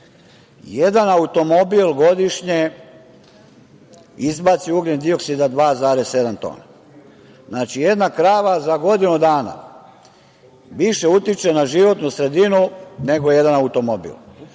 Jedan automobil godišnje izbaci ugljendioksida 2,7 tona. Znači, jedna krava za godinu dana više utiče na životnu sredinu, nego jedan automobil.